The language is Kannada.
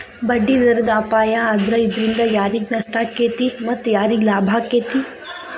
ಬಡ್ಡಿದರದ್ ಅಪಾಯಾ ಆದ್ರ ಇದ್ರಿಂದಾ ಯಾರಿಗ್ ನಷ್ಟಾಕ್ಕೇತಿ ಮತ್ತ ಯಾರಿಗ್ ಲಾಭಾಕ್ಕೇತಿ?